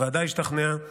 הוועדה השתכנעה